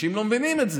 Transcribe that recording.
אנשים לא מבינים את זה,